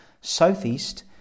southeast